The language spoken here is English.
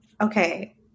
Okay